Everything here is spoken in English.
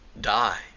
die